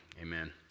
Amen